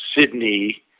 Sydney